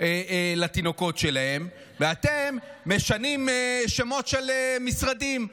לתינוקות שלהם, ואתם משנים שמות של משרדים?